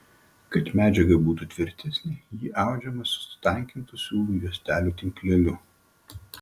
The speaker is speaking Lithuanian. kad medžiaga būtų tvirtesnė ji audžiama su sutankintu siūlų juostelių tinkleliu